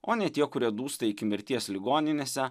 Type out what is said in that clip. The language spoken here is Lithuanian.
o ne tie kurie dūsta iki mirties ligoninėse